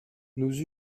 nous